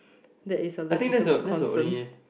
that is a legitimate concern